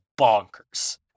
bonkers